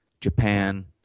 Japan